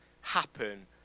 happen